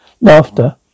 Laughter